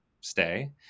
stay